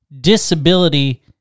disability